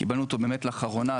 קיבלנו אותו באמת לאחרונה,